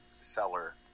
seller